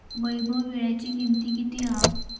वैभव वीळ्याची किंमत किती हा?